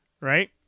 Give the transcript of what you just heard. right